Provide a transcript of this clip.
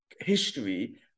history